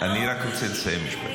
אני רק רוצה לסיים משפט.